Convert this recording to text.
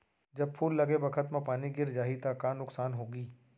जब फूल लगे बखत म पानी गिर जाही त का नुकसान होगी?